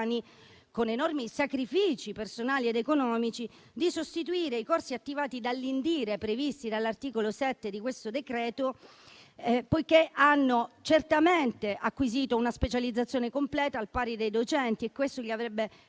con enormi sacrifici personali ed economici, di sostituire i corsi attivati dall'INDIRE, previsti dall'articolo 7 di questo decreto, poiché hanno certamente acquisito una specializzazione completa, al pari dei docenti. Questo gli avrebbe consentito